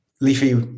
Leafy